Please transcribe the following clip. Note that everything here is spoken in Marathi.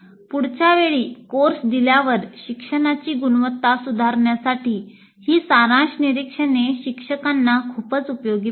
पुढच्या वेळी कोर्स दिल्यावर शिक्षणाची गुणवत्ता सुधारण्यासाठी ही सारांश निरीक्षणे शिक्षकांना खूपच उपयोगी पडतील